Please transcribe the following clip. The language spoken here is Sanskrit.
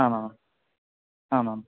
आम् आम् आम् आम्